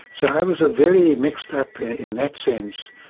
so i was a very mixed-up, in that sense,